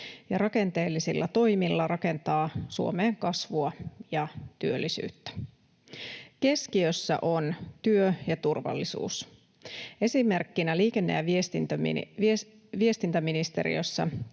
ja rakenteellisilla toimilla rakentaa Suomeen kasvua ja työllisyyttä. Keskiössä on työ ja turvallisuus. Esimerkkinä liikenne- ja viestintäministeriössä